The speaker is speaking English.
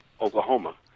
Oklahoma